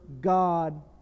God